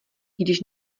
když